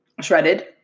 shredded